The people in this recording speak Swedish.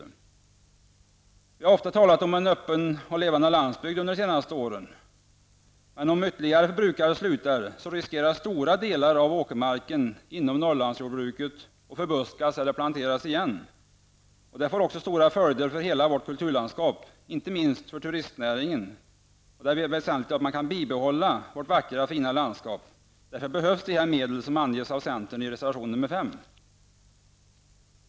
Vi har ju under de senaste åren ofta talat om en öppen och levande landsbygd. Om ytterligare brukare slutar, riskerar stora delar av åkermarken inom Norrlandsjordbruket att förbuskas eller planteras igen. Detta får stora följder för hela vårt kulturlandskap. Inte minst för turistnäringen är det väsentligt att vi kan behålla vårt vackra och fina landskap. Därför behövs de medel som centern yrkar på i reservation nr 5.